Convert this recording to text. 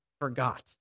forgot